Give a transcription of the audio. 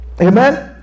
Amen